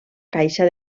caixa